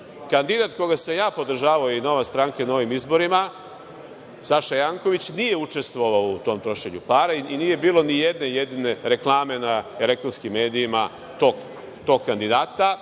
Srbije. Kandidat koga sam ja podržavao i NS na ovim izborima, Saša Janković nije učestvovao u tom trošenju para i nije bilo ni jedne jedine reklame na elektronskim medijima tog kandidata,